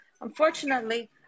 Unfortunately